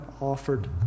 offered